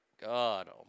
God